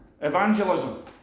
evangelism